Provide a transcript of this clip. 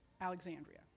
Alexandria